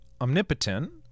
omnipotent